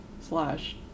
slash